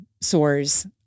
sores